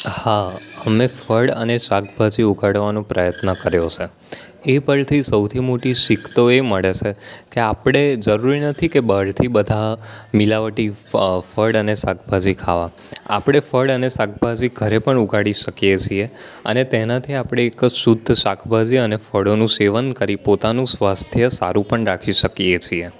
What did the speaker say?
હા અમે ફળ અને શાકભાજી ઉગાડવાનો પ્રયત્ન કર્યો છે એ પરથી સૌથી મોટી શીખ તો એ મળે છે કે આપણે જરૂરી નથી કે બળથી બધા મિલાવટી ફળ અને શાકભાજી ખાવા આપણે ફળ અને શાકભાજી ઘરે પણ ઉગાડી શકીએ છીએ અને તેનાથી આપણે એક શુદ્ધ શાકભાજી અને ફળોનું સેવન કરી પોતાનું સ્વાસ્થ્ય સારું પણ રાખી શકીએ છીએ